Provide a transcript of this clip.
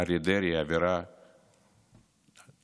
אריה דרעי היא עבירה פעוטה,